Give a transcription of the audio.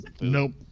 Nope